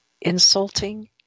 insulting